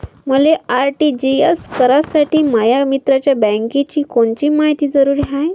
मले आर.टी.जी.एस करासाठी माया मित्राच्या बँकेची कोनची मायती जरुरी हाय?